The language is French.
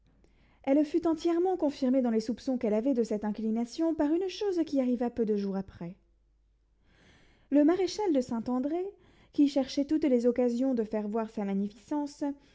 elle fut entièrement confirmée dans les soupçons qu'elle avait de cette inclination par une chose qui arriva peu de jours après le maréchal de saint-andré qui cherchait toutes les occasions de faire voir sa magnificence